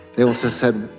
they also said,